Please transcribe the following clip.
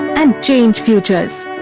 and change futures.